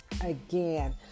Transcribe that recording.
again